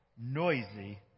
Noisy